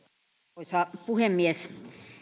arvoisa puhemies